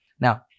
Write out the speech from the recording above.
Now